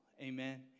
Amen